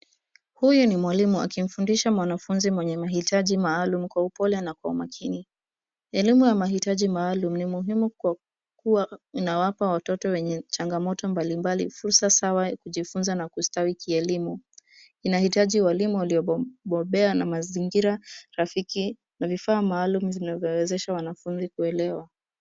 Huyu ni mwalimu akimfundisha mwanafunzi mwenye mahitaji maalum kwa upole na kwa makini. Elimu ya mahitaji maalumu ni muhimu kwa kuwa inawapa watoto wenye changamoto mbali mbali fursa sawa ya kujifunza na kustawi kielimu. Inahitaji walimu waliobobea na mazingira rafiki na vifaa maalumu zinavyowezesha wanafunzi kuelewa.